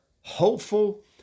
hopeful